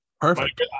perfect